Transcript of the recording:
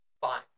Fine